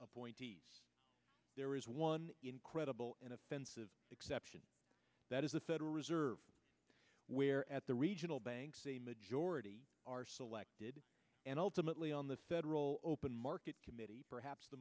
there is one incredible inoffensive exception that is the federal reserve where at the regional banks the majority are selected and ultimately on the federal open market committee perhaps the